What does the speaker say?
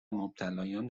مبتلایان